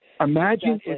Imagine